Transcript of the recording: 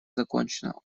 закончена